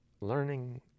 learning